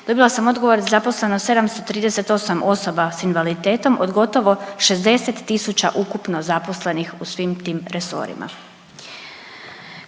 Dobila sam odgovor da je zaposleno 738 osoba s invaliditetom od gotovo 60 tisuća ukupno zaposlenih u svim tim resorima.